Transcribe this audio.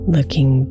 Looking